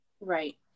Right